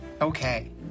Okay